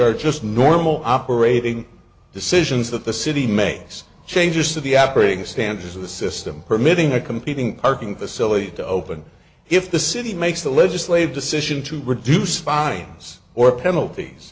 are just normal operating decisions that the city makes changes to the operating standards of the system permitting a competing parking facility to open if the city makes the legislative decision to reduce spines or penalties